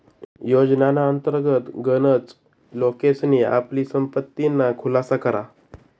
योजनाना अंतर्गत गनच लोकेसनी आपली संपत्तीना खुलासा करा